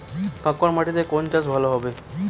কাঁকর মাটিতে কোন চাষ ভালো হবে?